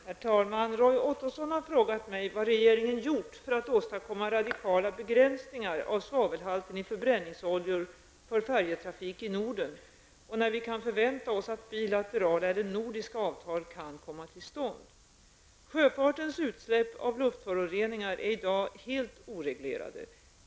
Herr talman! Roy Ottosson har frågat mig vad regeringen gjort för att åstadkomma radikala begränsningar av svavelhalten i förbränningsoljor för färjetrafik i Norden, och när vi kan förvänta oss att bilaterala eller nordiska avtal kan komma till stånd. Sjöfartens utsläpp av luftföroreningar är i dag helt oreglerade.